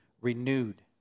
renewed